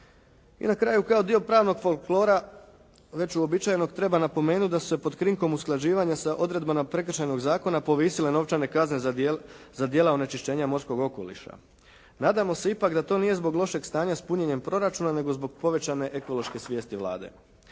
I na kraju kao dio pravnog folklora već uobičajenog treba napomenuti da su se pod krinkom usklađivanja sa odredbama Prekršajnog zakona povisile novčane kazne za djela onečišćenja morskog okoliša. Nadamo se ipak da to nije zbog lošeg stanja s punjenjem proračuna nego zbog povećane ekološke svijesti Vlade.